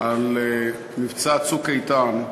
על מבצע "צוק איתן",